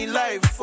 life